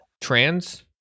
trans